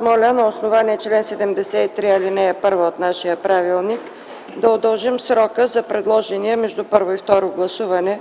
моля, на основание чл. 73, ал. 1 от нашия правилник, да удължим срока за предложения между първо и второ гласуване